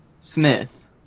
Smith